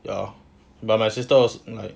ya but my sister was like